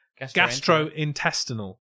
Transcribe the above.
Gastrointestinal